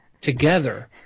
together